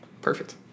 Perfect